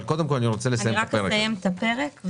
אבל קודם כול אני רוצה לסיים את הפרק הזה.